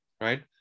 right